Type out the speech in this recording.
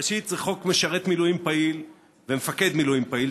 ראשית, חוק משרת מילואים פעיל ומפקד מילואים פעיל.